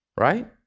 Right